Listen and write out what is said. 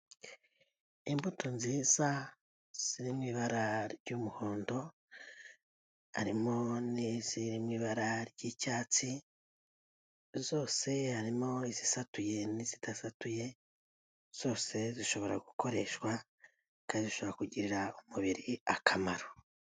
Imbuto nziza, ziri mu ibara ry'umuhondo, harimo n'iziri mu ibara ry'icyatsi, zose harimo izisatuye n'izidasatuye, zose zishobora gukoreshwa kandi zishobora kugirira umubiri akamaro.